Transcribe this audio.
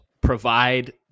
provide